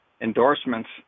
endorsements